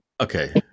okay